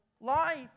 life